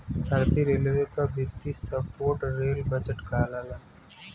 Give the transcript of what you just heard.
भारतीय रेलवे क वित्तीय रिपोर्ट रेल बजट कहलाला